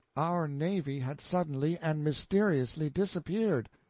our navy had suddenly and mysteriously disappeared!